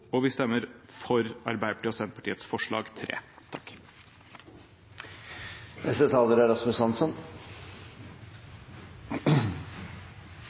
og vi stemmer for Arbeiderpartiets og Senterpartiets forslag